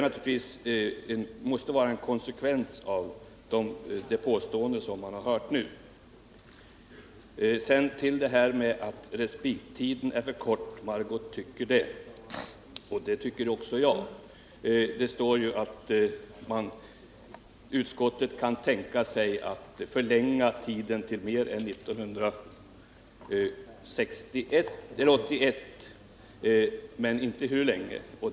Det måste ju bli en konsekvens av det påstående som vi har hört nu. Sedan till påpekandet att respittiden för Karlskronavarvet är för kort. Margot Håkansson tycker det, och det tycker också jag. Det står att utskottet kan tänka sig att förlänga tiden mer än till 1981, men det står ingenting om hur länge den skall kunna förlängas.